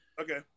Okay